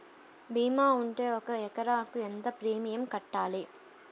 భీమా ఉంటే ఒక ఎకరాకు ఎంత ప్రీమియం కట్టాలి?